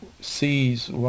sees